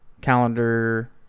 calendar